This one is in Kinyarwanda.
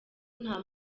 nta